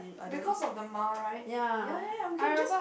because of the ma right ya ya ya we can just